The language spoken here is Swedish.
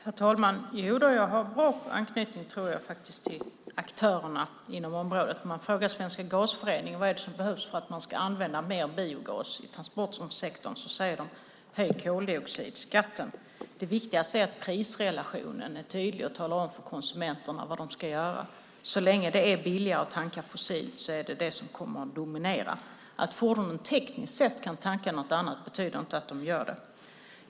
Herr talman! Jodå, jag har god anknytning till aktörerna inom området. Om vi frågar Gasföreningen vad det är som behövs för att man ska använda mer biogas i transportsektorn säger de: Höj koldioxidskatten! Det viktigaste är att prisrelationen är tydlig och talar om för konsumenterna vad de ska göra. Så länge det är billigare att tanka fossilt kommer det att dominera. Att fordonen tekniskt sett kan tanka något annat betyder inte att de gör det.